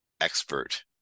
expert